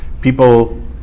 people